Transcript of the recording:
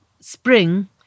spring